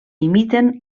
imiten